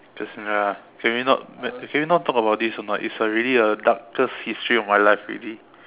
just nah can we not can we not talk about this or not it's already a darkest history of my life already